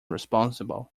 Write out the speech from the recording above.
responsible